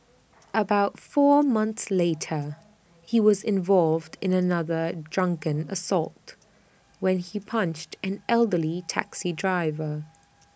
about four months later he was involved in another drunken assault when he punched an elderly taxi driver